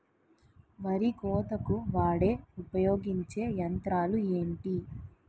వరి కోతకు వాడే ఉపయోగించే యంత్రాలు ఏంటి?